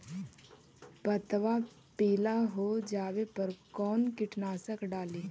पतबा पिला हो जाबे पर कौन कीटनाशक डाली?